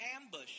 ambush